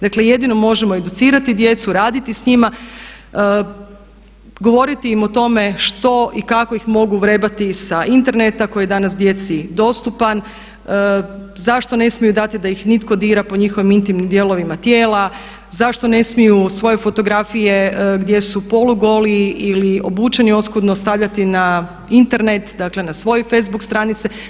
Dakle jedino možemo educirati djecu, raditi s njima, govoriti im o tome što i kako ih mogu vrebati sa interneta koji je danas djeci dostupan, zašto ne smiju dati da ih nitko dira po njihovim intimnim dijelovima tijela, zašto ne smiju svoje fotografije gdje su polugoli ili obučeni oskudno stavljati na Internet dakle na svoje facebook stranice.